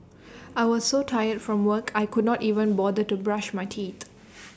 I was so tired from work I could not even bother to brush my teeth